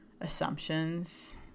assumptions